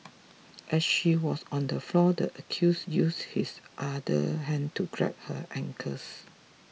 as she was on the floor the accused used his other hand to grab her ankles